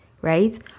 right